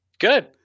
Good